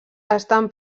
estan